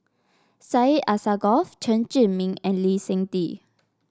Syed Alsagoff Chen Zhiming and Lee Seng Tee